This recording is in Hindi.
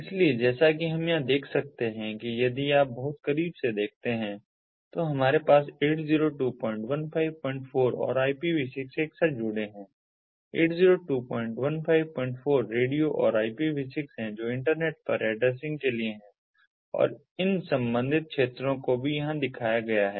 इसलिए जैसा कि हम यहां देख सकते हैं यदि आप बहुत करीब से देखते हैं तो हमारे पास 802154 और IPV6 एक साथ जुड़े हैं 802154 रेडियो और IPV6 हैं जो इंटरनेट पर एड्रेसिंग के लिए हैं और इन संबंधित क्षेत्रों को भी यहां दिखाया गया है